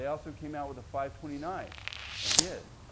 also came out with five twenty nine s. again,